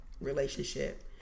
relationship